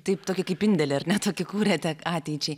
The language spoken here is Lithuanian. taip tokį kaip indėlį ar ne tokį kurėte ateičiai